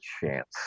chance